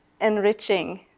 enriching